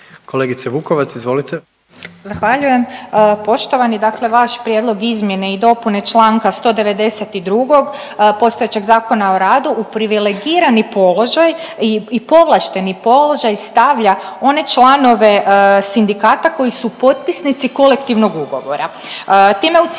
Ružica (Nezavisni)** Zahvaljujem. Poštovani dakle vaš prijedlog izmjene i dopune Članka 192. postojećeg zakona o radu u privilegirani položaj i povlašteni položaj stavlja one članove sindikata koji su potpisnici kolektivnog ugovora. Time u cijelosti